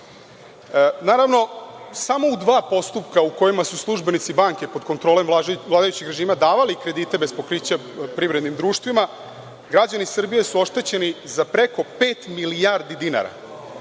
Naravno, samo u dva postupka u kojima su službenici banke pod kontrolom vladajućeg režima davali kredite bez pokrića privrednim društvima, građani Srbije su oštećeni za preko pet milijardi dinara.